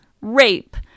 rape